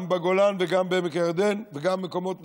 גם בגולן, וגם בעמק הירדן וגם מקומות נוספים,